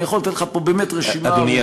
אני יכול לתת לך פה באמת רשימה ארוכה,